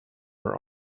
her